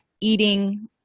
eating